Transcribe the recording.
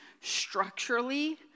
structurally